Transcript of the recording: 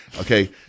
okay